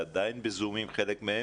ועדיין בזום חלק מהם,